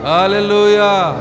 Hallelujah